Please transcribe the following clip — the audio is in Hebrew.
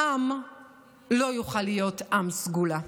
העם לא יוכל להיות עם סגולה.